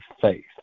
faith